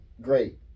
great